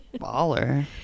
baller